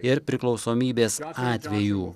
ir priklausomybės atvejų